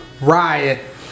riot